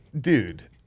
dude